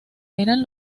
eran